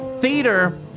theater